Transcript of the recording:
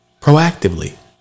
Proactively